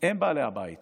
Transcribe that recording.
הם בעלי הבית